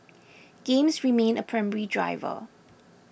games remain a primary driver